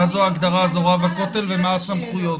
זו ההגדרה של רב הכותל ומה הסמכויות?